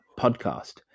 podcast